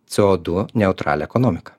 c o du neutralią ekonomiką